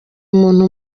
umuntu